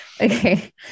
Okay